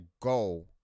go